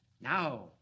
Now